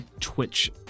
twitch